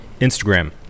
Instagram